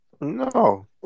No